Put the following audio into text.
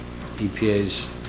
EPA's